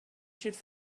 should